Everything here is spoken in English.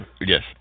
Yes